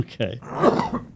Okay